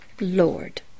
Lord